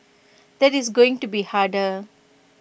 that is going to be harder